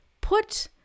put